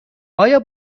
آیا